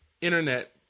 internet